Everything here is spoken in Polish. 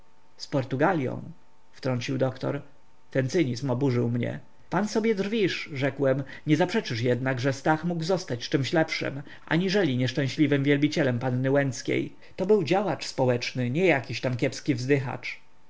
portugalią wtrącił doktor ten cynizm oburzył mnie pan sobie drwisz rzekłem nie zaprzeczysz jednak że stach mógł zostać czemś lepszem aniżeli nieszczęśliwym wielbicielem panny łęckiej to był działacz społeczny nie jakiś tam kiepski wzdychacz